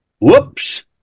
Whoops